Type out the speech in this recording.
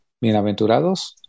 bienaventurados